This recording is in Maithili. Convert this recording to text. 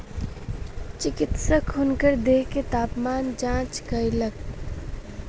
चिकित्सक हुनकर देह के तापमान जांच कयलक